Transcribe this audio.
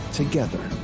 together